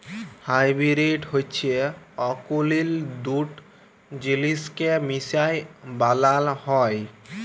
hybrid হছে অকুলীল দুট জিলিসকে মিশায় বালাল হ্যয়